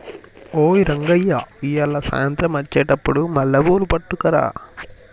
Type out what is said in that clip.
ఓయ్ రంగయ్య ఇయ్యాల సాయంత్రం అచ్చెటప్పుడు మల్లెపూలు పట్టుకరా